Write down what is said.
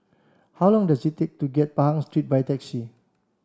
how long does it take to get to Pahang Street by taxi